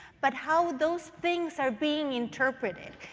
but how those things are being interpreted.